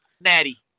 Natty